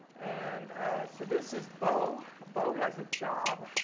and so this is bo. bo has a job.